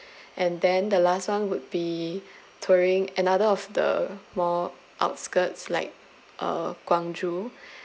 and then the last one would be touring another of the more outskirts like uh gwangju